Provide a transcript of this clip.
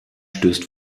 stößt